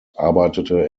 arbeitete